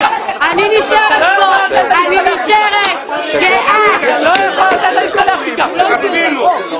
אני קוראת ליוצאי אתיופיה לא להצביע לליכוד.